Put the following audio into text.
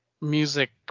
music